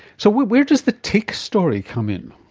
so where does the tick story come in?